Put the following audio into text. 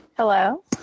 Hello